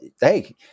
hey